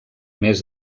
més